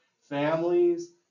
Families